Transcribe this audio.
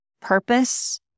purpose